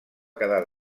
quedar